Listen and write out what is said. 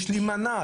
יש להימנע,